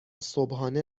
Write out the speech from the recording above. صبحانه